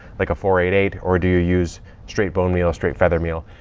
like a four eight eight, or do you use straight bone meal, straight feather meal?